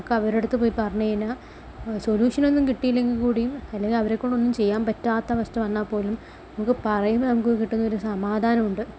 നമുക്ക് അവരുടെ അടുത്തുപോയി പറഞ്ഞു കഴിഞ്ഞാൽ സൊല്യൂഷനൊന്നും കിട്ടിയില്ലെങ്കിൽ കൂടിയും അല്ലെങ്കിൽ അവരെക്കൊണ്ട് ഒന്നും ചെയ്യാൻ പറ്റാത്ത അവസ്ഥ വന്നാൽ പോലും നമുക്ക് പറയുമ്പോൾ നമുക്ക് കിട്ടുന്ന ഒരു സമാധാനം ഉണ്ട്